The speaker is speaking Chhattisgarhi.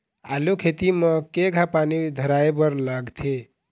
आलू खेती म केघा पानी धराए बर लागथे?